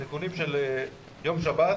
הנתונים של יום שבת